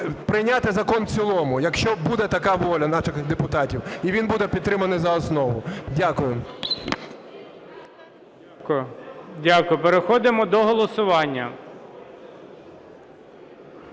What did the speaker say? прийняти закон в цілому, якщо буде така воля наших депутатів і він буде підтриманий за основу. Дякую. ГОЛОВУЮЧИЙ. Дякую. Переходимо до голосування.